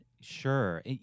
sure